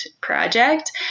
project